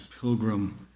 pilgrim